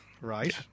Right